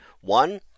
One